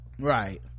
right